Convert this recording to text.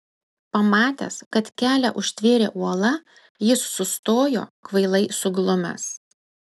pamatęs kad kelią užtvėrė uola jis sustojo kvailai suglumęs